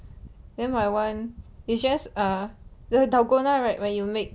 then my [one] is just err the dalgona right when you make